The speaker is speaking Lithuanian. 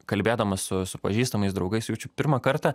kalbėdamas su su pažįstamais draugais jaučiu pirmą kartą